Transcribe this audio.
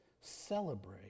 celebrate